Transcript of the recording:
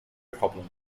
problem